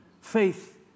Faith